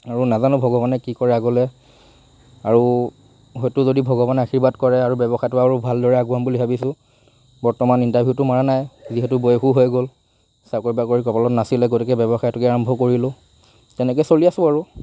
আৰু নাজানো ভগৱানে কি কৰে আগলৈ আৰু হয়তো যদি ভগৱানে আশীৰ্বাদ কৰে আৰু ব্যৱসায়টো আৰু ভালদৰে আগুৱাম বুলি ভাবিছোঁ বৰ্তমান ইণ্টাৰভিউতো মৰা নাই যিহেতু বয়সো হৈ গ'ল চাকৰি বাকৰি কপালত নাছিলে গতিকে ব্যৱসায়টোকে আৰম্ভ কৰিলোঁ তেনেকৈ চলি আছোঁ আৰু